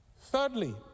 Thirdly